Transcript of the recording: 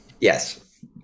Yes